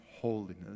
holiness